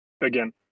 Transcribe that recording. again